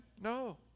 No